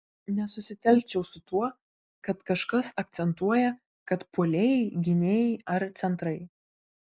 nesusitelkčiau su tuo kad kažkas akcentuoja kad puolėjai gynėjai ar centrai